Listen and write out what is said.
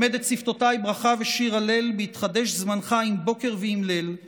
// למד את שפתותיי ברכה ושיר הלל / בהתחדש זמנך עם בוקר ועם ליל /